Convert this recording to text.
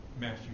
Matthew